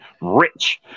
Rich